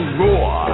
roar